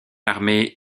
armée